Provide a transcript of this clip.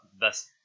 Best